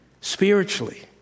Spiritually